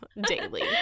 daily